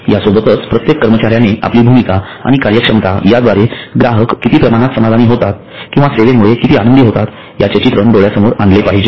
यासोबतच प्रत्येक कर्मचाऱ्याने आपली भूमिका आणि कार्यक्षमता याद्वारे ग्राहक किती प्रमाणात समाधानी होतात किंवा सेवेमुळे किती आनंदी होतात याचे चित्रण डोळ्यासमोर आणले पाहिजे